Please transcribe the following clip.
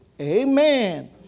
amen